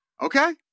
Okay